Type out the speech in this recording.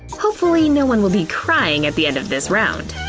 hopefully no one will be crying at the end of this round.